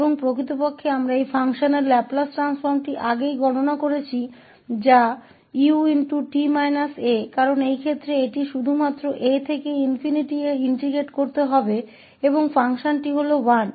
और वास्तव में हमने पहले इस फ़ंक्शन के लाप्लास ट्रांसफॉर्म की गणना की है 𝑢𝑡 − 𝑎 क्योंकि इस मामले में यह केवल 𝑎 से ∞ तक इंटेग्रटिंग होगा और फ़ंक्शन 1 है